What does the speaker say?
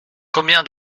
combien